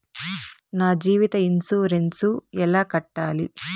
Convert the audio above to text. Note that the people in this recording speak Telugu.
నా జీవిత ఇన్సూరెన్సు ఎలా కట్టాలి?